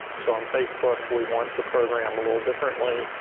so on facebook, we want to program a little differently,